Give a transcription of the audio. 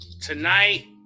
Tonight